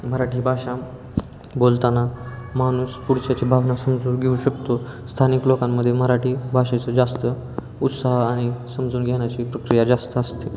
मराठी भाषा बोलताना माणूस पुढच्याची भावना समजून घेऊ शकतो स्थानिक लोकांमध्ये मराठी भाषेचं जास्त उत्साह आणि समजून घेण्याची प्रक्रिया जास्त असते